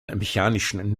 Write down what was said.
mechanischen